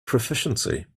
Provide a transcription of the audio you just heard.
proficiency